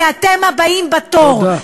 כי אתם הבאים בתור,